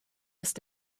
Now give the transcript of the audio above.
ist